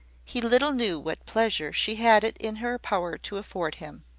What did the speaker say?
he little knew what pleasure she had it in her power to afford him.